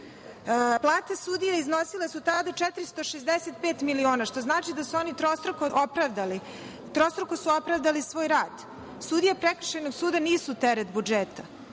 dinarPlate sudija iznosile su tada 465 miliona što znači da su oni trostruko opravdali svoj rad. Sudije Prekršajnog suda nisu teret budžeta.